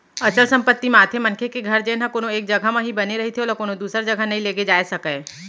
अचल संपत्ति म आथे मनखे के घर जेनहा कोनो एक जघा म ही बने रहिथे ओला कोनो दूसर जघा नइ लेगे जाय सकय